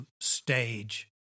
stage